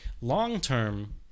long-term